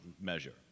measure